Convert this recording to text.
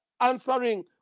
answering